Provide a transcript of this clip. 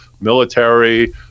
military